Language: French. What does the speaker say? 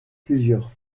plusieurs